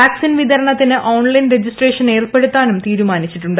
vaccine വിതരണത്തിന് online registration ഏർപ്പെടുത്താനും തീരുമാനിച്ചിട്ടുണ്ട്